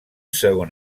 segon